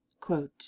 Quote